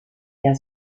der